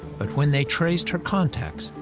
but when they traced her contacts,